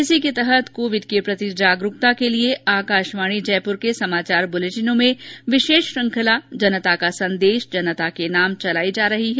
इसी के तहत कोविड के प्रति जागरूकता के लिये आकाशवाणी जयपुर के समाचार बुलेटिनों में विशेष श्रृंखला जनता का संदेश जनता के नाम चलाई जा रही है